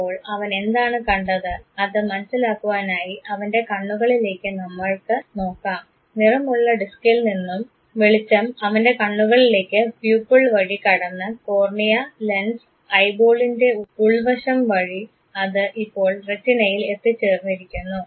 അപ്പോൾ അവൻ എന്താണ് കണ്ടത് അത് മനസ്സിലാക്കുവാനായി അവൻറെ കണ്ണുകളിലേക്ക് നമ്മൾക്ക് നോക്കാം നിറമുള്ള ഡിസ്കിൽ നിന്നും വെളിച്ചം അവൻറെ കണ്ണുകളിലേക്ക് പ്യൂപ്പിൾ വഴി കടന്ന് കോർണിയ ലെൻസ് ഐബോളിൻറെ ഉൾവശം വഴി അത് ഇപ്പോൾ റെറ്റിനയിൽ എത്തിച്ചേർന്നിരിക്കുന്നു